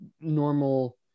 normal